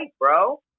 bro